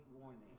warning